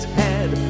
head